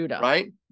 right